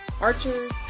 archers